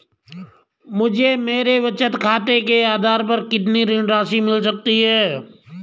मुझे मेरे बचत खाते के आधार पर कितनी ऋण राशि मिल सकती है?